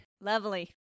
Lovely